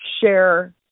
share